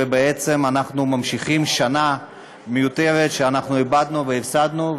ובעצם אנחנו ממשיכים אחרי שנה מיותרת שאיבדנו והפסדנו,